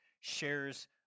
shares